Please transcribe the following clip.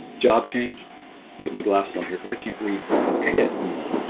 job change you get my glasses on here cuz i can't read shit anymore